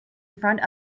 front